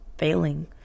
failing